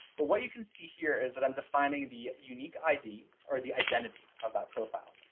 but what you can see here is that i'm defining the unique id or the identity of that profile.